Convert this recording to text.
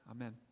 amen